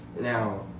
Now